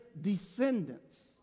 descendants